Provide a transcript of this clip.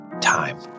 time